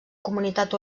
comunitat